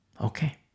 Okay